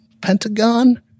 Pentagon